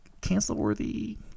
cancel-worthy